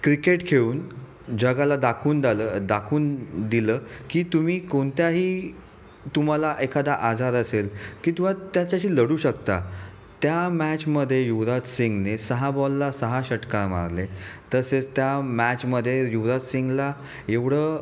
cricket खेळून जगाला दाखवून दालं दाखवून दिलं की तुम्ही कोणत्याही तुम्हाला एखादा आजार असेल कितवा त्याच्याशी लढू शकता त्या मॅचमध्ये युवराज सिंगने सहा बॉलला सहा षटकार मारले तसेच त्या मॅचमध्ये युवराज सिंगला एवढं